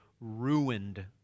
ruined